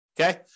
Okay